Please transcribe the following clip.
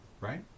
Right